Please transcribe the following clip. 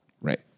right